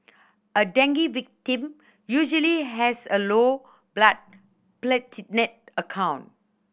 a dengue victim usually has a low blood platelet account